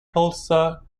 tulsa